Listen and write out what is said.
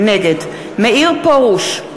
נגד מאיר פרוש,